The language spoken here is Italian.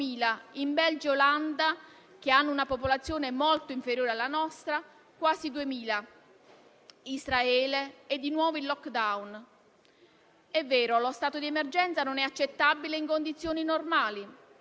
È vero, lo stato di emergenza non è accettabile in condizioni normali. È vero, lo stato di emergenza è da augurarsi finisca al più presto e resti nei nostri ricordi, sperando che il suo spettro non ritorni più nel futuro.